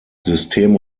system